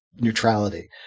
neutrality